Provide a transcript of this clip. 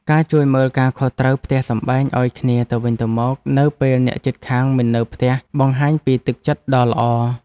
ការជួយមើលការខុសត្រូវផ្ទះសម្បែងឱ្យគ្នាទៅវិញទៅមកនៅពេលអ្នកជិតខាងមិននៅផ្ទះបង្ហាញពីទឹកចិត្តដ៏ល្អ។